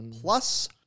Plus